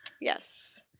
Yes